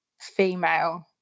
female